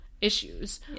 issues